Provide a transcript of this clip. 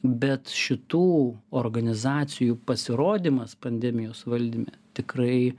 bet šitų organizacijų pasirodymas pandemijos valdyme tikrai